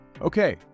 okay